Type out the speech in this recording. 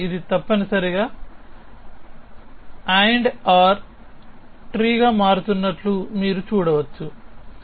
కాబట్టి ఇది తప్పనిసరిగా ఆండ్ ఆర్ చెట్టుగా మారుతున్నట్లు మీరు చూడవచ్చు